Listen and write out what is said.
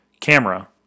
camera